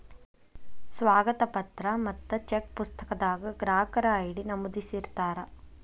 ಸ್ವಾಗತ ಪತ್ರ ಮತ್ತ ಚೆಕ್ ಪುಸ್ತಕದಾಗ ಗ್ರಾಹಕರ ಐ.ಡಿ ನಮೂದಿಸಿರ್ತಾರ